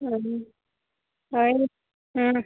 ହଁ ଆଉ ହୁଁ